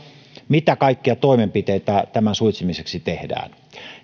mitä kaikkia toimenpiteitä tämän suitsimiseksi tehdään